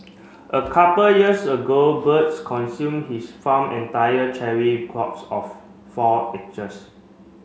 a couple years ago birds consume his farm entire cherry crops of four